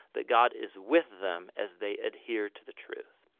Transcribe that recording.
that god is with them as they adhere to the truth.